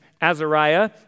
Azariah